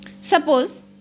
Suppose